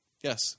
Yes